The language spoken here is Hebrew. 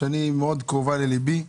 היא מאוד קרובה ללבי.